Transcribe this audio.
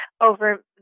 over